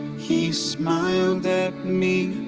he smiled at me